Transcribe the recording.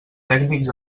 tècnics